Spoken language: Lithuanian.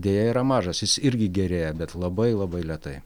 deja yra mažas jis irgi gerėja bet labai labai lėtai